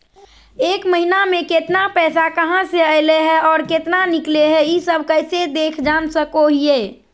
एक महीना में केतना पैसा कहा से अयले है और केतना निकले हैं, ई सब कैसे देख जान सको हियय?